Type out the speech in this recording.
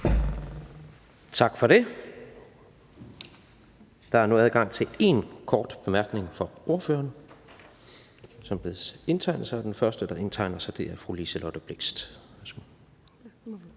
Tak for det. Der er nu adgang til én kort bemærkning fra ordførerne, som bedes indtegne sig. Den første, der har indtegnet sig, er fru Liselott Blixt.